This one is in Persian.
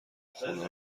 خونه